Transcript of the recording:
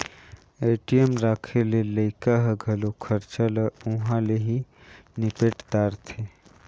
ATM राखे ले लइका ह घलो खरचा ल उंहा ले ही निपेट दारथें